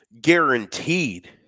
guaranteed